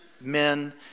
men